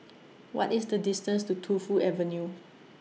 What IS The distance to Tu Fu Avenue